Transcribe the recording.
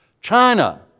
China